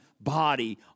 body